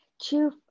two